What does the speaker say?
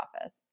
office